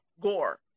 gore